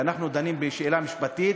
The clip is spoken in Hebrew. ואנחנו דנים בשאלה משפטית,